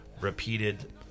repeated